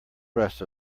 rest